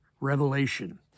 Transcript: revelation